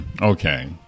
okay